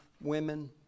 women